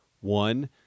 One